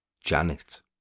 janet